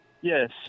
Yes